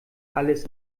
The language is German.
alles